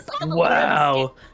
Wow